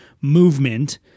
movement